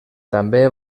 també